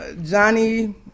Johnny